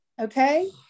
Okay